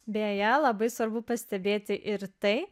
beje labai svarbu pastebėti ir tai